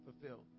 Fulfilled